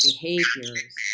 behaviors